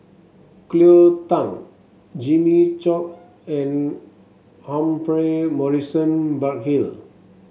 Cleo Thang Jimmy Chok and Humphrey Morrison Burkill